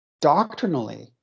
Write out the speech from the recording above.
doctrinally